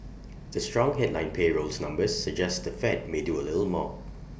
the strong headline payrolls numbers suggest the fed may do A little more